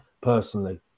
personally